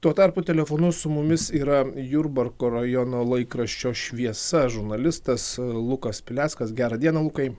tuo tarpu telefonu su mumis yra jurbarko rajono laikraščio šviesa žurnalistas lukas pileckas gerą dieną lukai